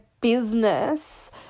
business